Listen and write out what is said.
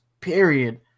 period